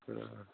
ಹಾಂ ಹಾಂ